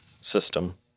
system